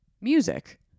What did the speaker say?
music